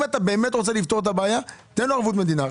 אם אתה באמת רוצה לפתור את הבעיה תן לו ערבות מדינה.